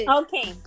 okay